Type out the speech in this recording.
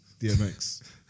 DMX